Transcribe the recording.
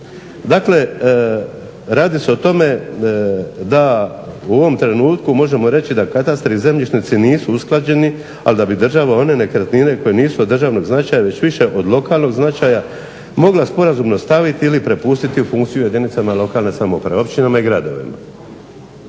Dakle, radi se o tome da u ovom trenutku možemo reći da katastri i zemljišnici nisu usklađeni ali da bi država one nekretnine koje nisu od državnog značaja već više od lokalnog značaja mogla sporazumno staviti ili prepustiti u funkciju jedinicama lokalne samouprave, općinama i gradovima.